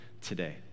today